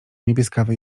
niebieskawe